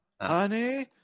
Honey